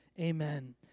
amen